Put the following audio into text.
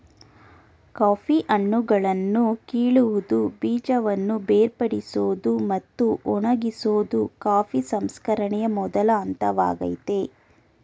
coffee ಹಣ್ಣುಗಳನ್ನು ಕೀಳುವುದು ಬೀಜವನ್ನು ಬೇರ್ಪಡಿಸೋದು ಮತ್ತು ಒಣಗಿಸೋದು ಕಾಫಿ ಸಂಸ್ಕರಣೆಯ ಮೊದಲ ಹಂತವಾಗಯ್ತೆ